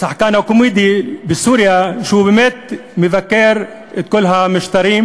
שחקן הקומדיה בסוריה שבאמת מבקר את כל המשטרים